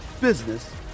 business